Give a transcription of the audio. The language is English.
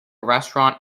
restaurant